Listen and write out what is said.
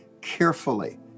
carefully